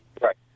Right